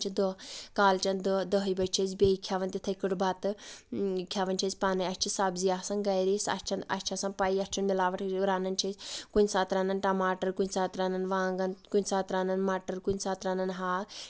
کالچین دہ دہہِ بَجہِ چھِ أسۍ بیٚیہِ کھٮ۪وان تِتھٕے کٲٹھۍ بَتہٕ کھٮ۪وان چھِ أسۍ پانے اَسہِ چھِ سَبزی آسان گریےاَسہِ چھنہٕ اسہِ چھِ آسان پایٖی یَتھ چھُ نہٕ مِلاوَٹھ رَنان چھِ أسۍ کُنہِ ساتہٕ رَنان ٹَماٹرکُنہٕ ساتہٕ رَنان وانگن کُنہِ ساتہٕ رَنان مَٹر کُنہِ ساتہٕ رَنان ہاکھ